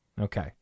Okay